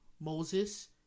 Moses